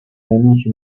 nemici